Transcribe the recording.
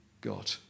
God